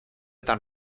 tan